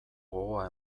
gogoa